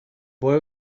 boy